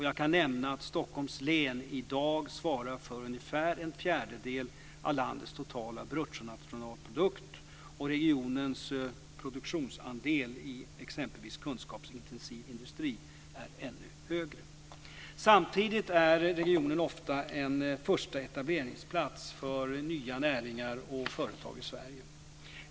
Jag kan nämna att Stockholms län i dag svarar för ungefär en fjärdedel av landets totala bruttonationalprodukt och regionens produktionsandel i exempelvis kunskapsintensiv industri är ännu högre. Samtidigt är regionen ofta en första etableringsplats för nya näringar och företag i Sverige.